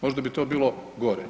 Možda bi to bilo gore.